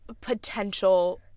potential